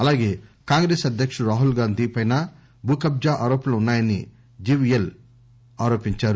అలాగే కాంగ్రెస్ అధ్యకుడు రాహుల్ గాంధీ పైనా భూ కబ్లా ఆరోపణలు ఉన్నాయని జివిఎల్ తెలిపారు